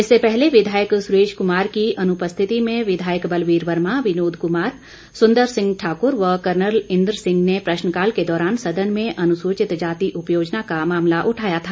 इससे पहले विधायक सुरेश कुमार की अनुपस्थिति में विधायक बलबीर वर्मा विधायक विनोद कुमार विधायक सुंदर सिंह ठाकुर व विधायक कर्नल इंद्र सिंह ने प्रशनकाल के दौरान सदन में अनुसूचित जाति उप योजना का मामला उठाया था